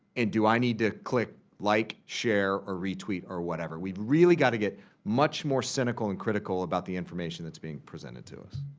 and do i need to click like, share, or retweet, or whatever? we really got to get much more cynical and critical about the information that's being presented to us.